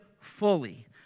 fully